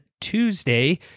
Tuesday